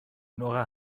nora